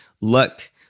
look